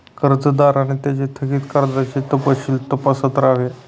कर्जदारांनी त्यांचे थकित कर्जाचे तपशील तपासत राहावे